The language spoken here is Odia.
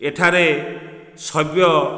ଏଠାରେ ଶୈବ